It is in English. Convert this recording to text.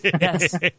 yes